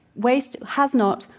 waste has not,